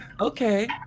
Okay